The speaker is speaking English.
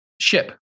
ship